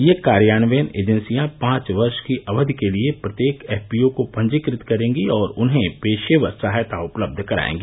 ये कार्यान्वयन एजेंसियां पांच वर्ष की अवधि के लिए प्रत्येक एफपीओ को पंजीकृत करेंगी और उन्हें पेशेवर सहायता उपलब्ध करायेंगी